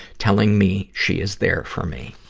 telling me she is there for me.